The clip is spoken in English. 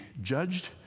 judged